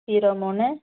zero மூணு